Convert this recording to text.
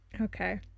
Okay